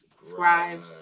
subscribe